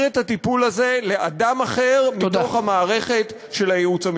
את הטיפול הזה לאדם אחר בתוך המערכת של הייעוץ המשפטי.